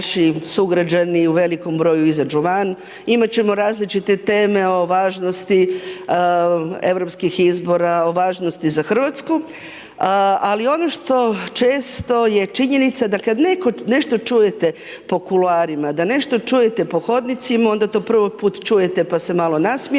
naši sugrađani u velikom broju izađu van, imat ćemo različite teme o važnosti europskih izbora, o važnosti za Hrvatsku, ali ono što često je činjenica da kad nešto čujete po kuloarima, da nešto čujete po hodnicima, onda to prvi put čujete pa se malo nasmijete,